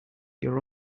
your